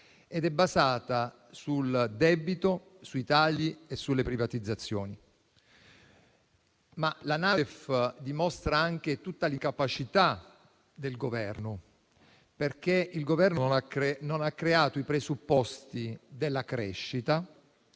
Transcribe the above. - basato sul debito, sui tagli e sulle privatizzazioni. La NADEF dimostra anche tutta l'incapacità del Governo, che non ha creato i presupposti della crescita,